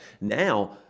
now